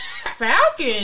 Falcon